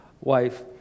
wife